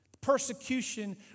Persecution